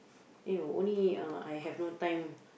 you know only uh I have no time